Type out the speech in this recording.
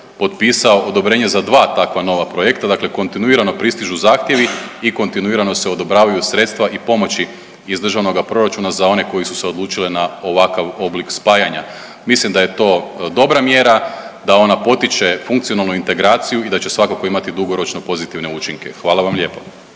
potpisao odobrenje za dva takva nova projekta. Dakle, kontinuirano pristižu zahtjevi i kontinuirano se odobravaju sredstva i pomoći iz državnoga proračuna za one koji su se odlučili na ovakav oblik spajanja. Mislim da je to dobra mjera, da ona potiče funkcionalnu integraciju i da će svakako imati dugoročno pozitivne učinke. Hvala vam lijepo.